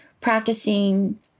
practicing